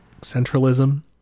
centralism